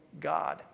God